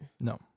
No